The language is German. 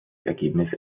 ergebnis